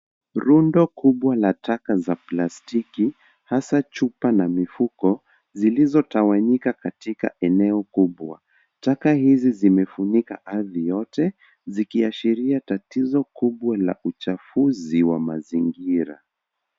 Rundo kubwa la taka za plastiki hasa chupa na mifuko zilizotawanyika katika eneo kubwa. Taka hizi zimefunika ardhi yote zikiashiria tatizo kubwa la uchafuzi wa mazingira.